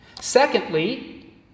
Secondly